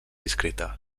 discreta